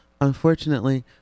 Unfortunately